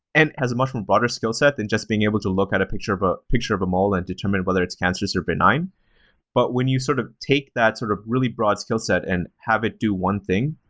and has a much more broader skill set than just being able to look at a picture but picture of a mole and determine whether it's cancerous or benign but when you sort of take that sort of really broad skill set and have it do one thing,